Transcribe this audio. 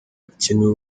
hakenewe